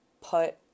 put